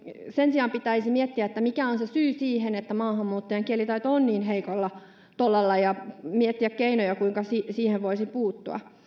sen sijaan pitäisi miettiä mikä on syy siihen että maahanmuuttajien kielitaito on niin heikolla tolalla ja miettiä keinoja kuinka siihen voisi puuttua